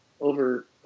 over